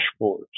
dashboards